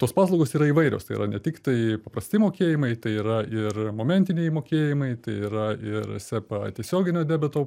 tos paslaugos yra įvairios tai yra ne tiktai paprasti mokėjimai tai yra ir momentiniai mokėjimai tai yra ir sepa tiesioginio debeto